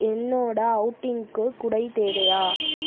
என்னோட அவுட்டிங்குக்கு குடை தேவையா